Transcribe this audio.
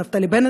נפתלי בנט,